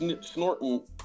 snorting